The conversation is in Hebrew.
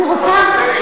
אני אסביר.